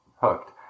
hooked